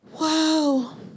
Wow